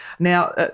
Now